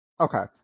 okay